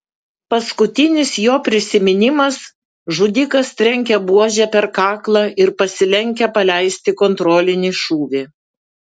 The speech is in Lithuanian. paskutinis jo prisiminimas žudikas trenkia buože per kaklą ir pasilenkia paleisti kontrolinį šūvį